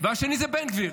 והשני הוא בן גביר.